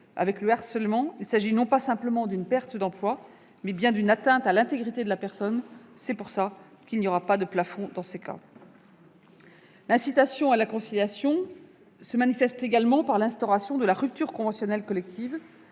avec le harcèlement, il s'agit non pas simplement d'une perte d'emploi, mais bien d'une atteinte à l'intégrité de la personne. C'est pour cela que, dans ces situations, le plafond ne s'applique pas. L'incitation à la conciliation se manifeste également par l'instauration de la rupture conventionnelle collective,